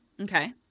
Okay